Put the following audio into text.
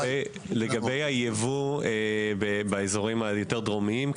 לגבי היבוא באזורים היותר דרומיים.